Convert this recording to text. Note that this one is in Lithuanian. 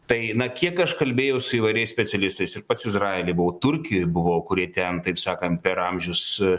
tai na kiek aš kalbėjau su įvairiais specialistais ir pats izraely buvau turkijoj buvau kurie ten taip sakant per amžius